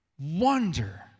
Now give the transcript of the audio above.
wonder